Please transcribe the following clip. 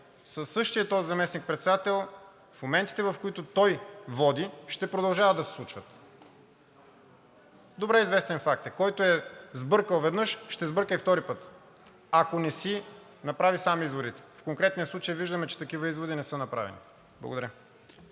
със същия този заместник председател в моментите, в които той води, ще продължават да се случват. Добре известен факт е – който е сбъркал веднъж, ще сбърка и втори път, ако не си направи сам изводите. В конкретния случай виждаме, че такива изводи не са направени. Благодаря.